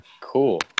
cool